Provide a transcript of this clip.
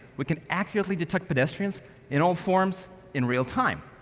we can accurately detect pedestrians in all forms, in real time.